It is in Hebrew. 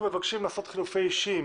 אנחנו מבקשים לעשות חילופי אישים